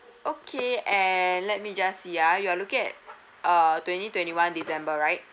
okay and let me just see ah you're looking at uh twenty twenty-one december right